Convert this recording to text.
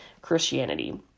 Christianity